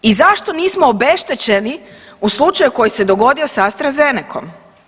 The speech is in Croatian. I zašto nismo obeštećeni u slučaju koji se dogodio sa Astra Zenecom?